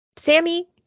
Sammy